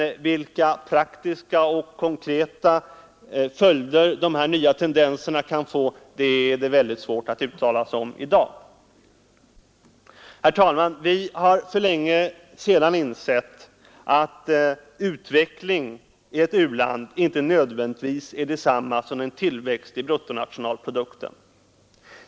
Men vilka praktiska och konkreta följder dessa nya tendenser kan få är det mycket svårt att i dag uttala sig om. Herr talman! Vi har för länge sedan insett att utveckling i ett u-land inte nödvändigtvis är detsamma som en tillväxt i BNP.